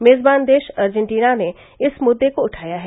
मेजबान देश अर्जेन्टीना ने इस मुद्दे को उठाया है